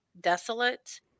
desolate